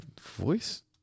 voice